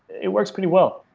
it works pretty well.